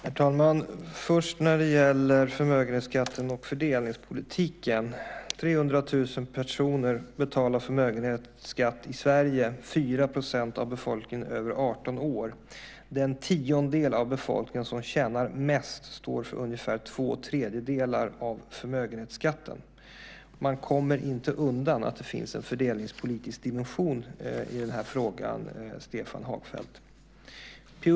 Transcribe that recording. Herr talman! Jag ska först ta upp det som gäller förmögenhetsskatten och fördelningspolitiken. 300 000 personer betalar förmögenhetsskatt i Sverige - 4 % av befolkningen över 18 år. Den tiondel av befolkningen som tjänar mest står för ungefär två tredjedelar av förmögenhetsskatten. Man kommer inte undan att det finns en fördelningspolitisk dimension i den här frågan, Stefan Hagfeldt. P.-O.